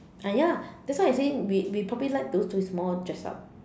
ah ya lah that's why I say we we probably like those with more dress up